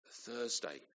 Thursday